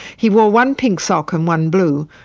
he wore one pink sock and one blue,